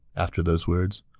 after those words,